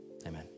amen